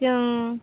जों